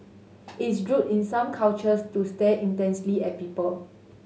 it's rude in some cultures to stare intensely at people